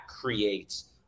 creates